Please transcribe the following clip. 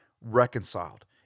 reconciled